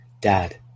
dad